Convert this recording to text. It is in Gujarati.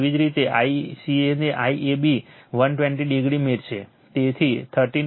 એવી જ રીતે ICA ને IAB 120o મળશે તેથી 13